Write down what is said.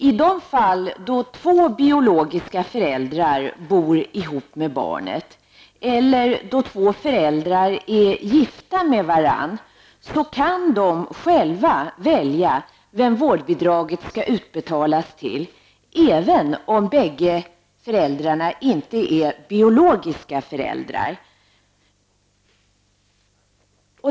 I de fall då två biologiska föräldrar bor ihop med barnet eller då två föräldrar är gifta med varandra, kan de själva välja vem vårdbidraget skall utbetalas till, även om bägge föräldrarna inte är biologiska föräldrar.